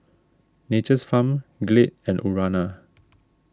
Nature's Farm Glade and Urana